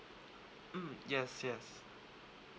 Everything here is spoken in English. mm yes yes